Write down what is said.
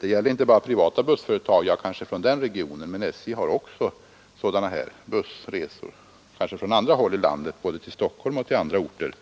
Det gäller inte bara privata bussföretag; SJ har också sådana bussresor — ehuru kanske från andra håll i landet — till både Stockholm och andra orter